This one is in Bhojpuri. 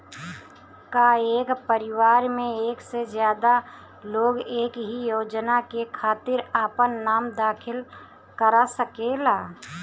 का एक परिवार में एक से ज्यादा लोग एक ही योजना के खातिर आपन नाम दाखिल करा सकेला?